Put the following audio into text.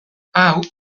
hau